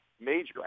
major